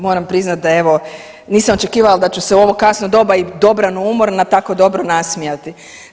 Moram priznati da evo nisam očekivala da ću se u ovo kasno doba i dobrano umorna tako dobro nasmijati.